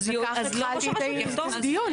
וכך התחלתי את הדיון.